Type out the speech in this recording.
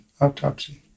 autopsy